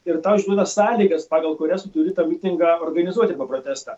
ir tau išduoda sąlygas pagal kurias turi tą mitingą organizuoti arba protestą